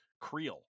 creel